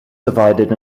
divided